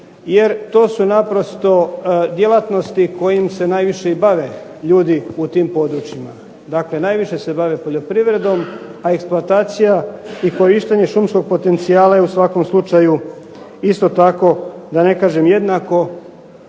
jer to su naprosto djelatnosti kojim se najviše i bave ljudi u tim područjima. Dakle, najviše se bave poljoprivredom, a eksploatacija i korištenje šumskog potencijala je u svakom slučaju isto tako, da ne kažem jednako